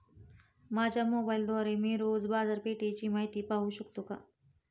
माझ्या मोबाइलद्वारे मी रोज बाजारपेठेची माहिती पाहू शकतो का?